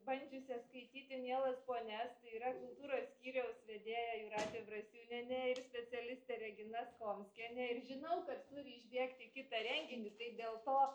bandžiusias skaityti mielas ponias tai yra kultūros skyriaus vedėja jūratė brasiūnienė ir specialistė regina skomskienė ir žinau kad turi išbėgt į kitą renginį tai dėl to